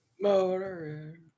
Motor